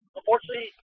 Unfortunately